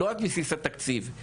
לא רק בבסיס התקציב,